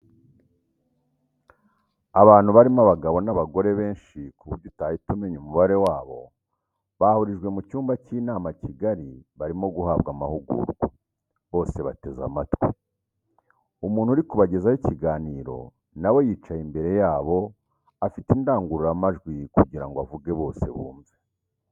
Abantu barimo abagabo n'abagore benshi ku buryo utahita umenya umubare wabo, bahurijwe mu cyumba cy'inama kigari barimo guhabwa amahugurwa, bose bateze amatwi umuntu uri kubagezaho ikiganiro nawe yicaye imbere yabo afite indangururamajwi kugira ngo avuge bose bumve.